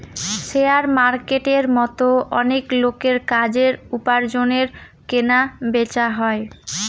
share মার্কেটের মতো অনেক লোকের কাজের, উপার্জনের কেনা বেচা হয়